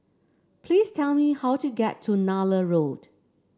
please tell me how to get to Nallur Road